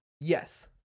Yes